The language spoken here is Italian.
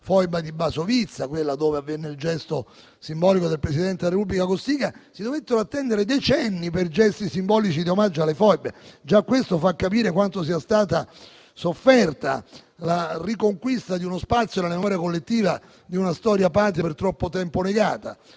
della Foiba di Basovizza, dove avvenne il gesto simbolico del presidente della Repubblica Cossiga. Si dovettero attendere decenni per gesti simbolici in omaggio alle foibe e già questo fa capire quanto sia stata sofferta la riconquista di uno spazio nella memoria collettiva di una storia patria per troppo tempo negata.